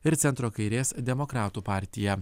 ir centro kairės demokratų partija